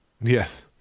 Yes